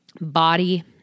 body